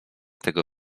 tego